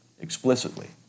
explicitly